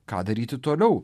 ką daryti toliau